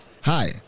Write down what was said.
Hi